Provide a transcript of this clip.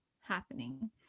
happening